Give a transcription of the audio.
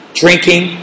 drinking